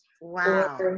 Wow